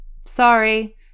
sorry